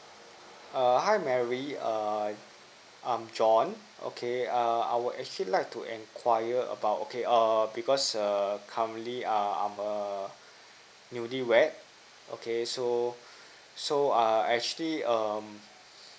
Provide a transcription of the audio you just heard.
err hi mary err I'm john okay err I would actually like to enquire about okay err because err currently err I'm a newly wed okay so so err actually um